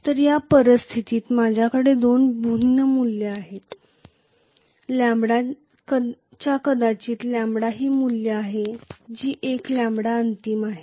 तर या परिस्थितीत माझ्याकडे दोन भिन्न मूल्ये असतील λ च्या कदाचित λ ही मूल्य आहे जी एक λ अंतिम आहे